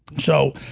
so